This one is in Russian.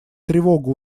тревогу